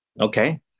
Okay